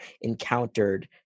encountered